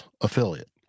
affiliate